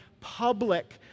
public